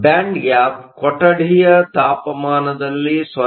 band gap gap ಕೊಠಡಿಯ ತಾಪಮಾನದಲ್ಲಿ 0